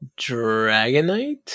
Dragonite